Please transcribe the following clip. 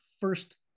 first